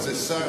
זה סר,